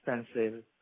expensive